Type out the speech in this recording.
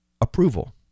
approval